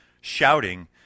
shouting